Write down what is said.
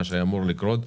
מה שהיה אמור לקרות,